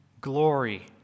glory